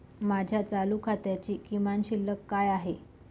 माझ्या चालू खात्याची किमान शिल्लक काय आहे?